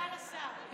תודה לשר.